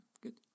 good